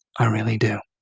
i really do.